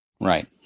Right